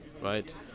right